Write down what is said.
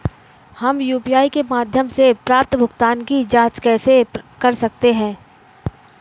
हम यू.पी.आई के माध्यम से प्राप्त भुगतान की जॉंच कैसे कर सकते हैं?